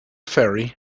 ferry